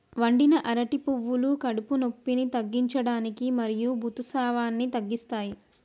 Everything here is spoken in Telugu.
వండిన అరటి పువ్వులు కడుపు నొప్పిని తగ్గించడానికి మరియు ఋతుసావాన్ని తగ్గిస్తాయి